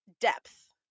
depth